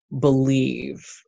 believe